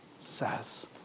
says